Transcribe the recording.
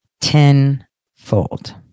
Tenfold